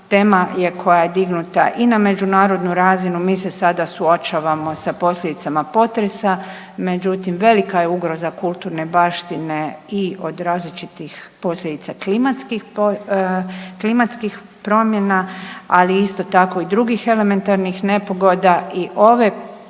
tema je koja je dignuta i na međunarodnu razinu, mi se sada suočavamo sa posljedicama potresa, međutim, velika je ugroza kulturne baštine i od različitih posljedica klimatskih promjena, ali isto tako i drugih elementarnih nepogoda i ove prijedloge